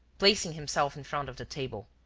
placing himself in front of the table,